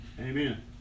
Amen